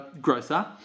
grocer